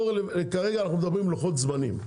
אבל כרגע אנחנו מדברים על לוחות זמנים.